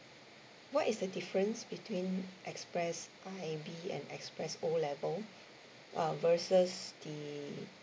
what is the difference between express I_P and express O level uh versus the